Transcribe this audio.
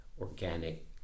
organic